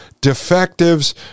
defectives